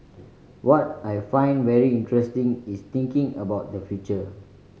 what I find very interesting is thinking about the future